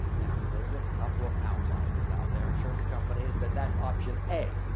now, there's a couple of outliers out there insurance companies that. that's option a.